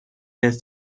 less